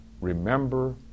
Remember